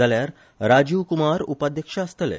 जाल्यार राजीव कुमार उपाध्यक्ष आसतले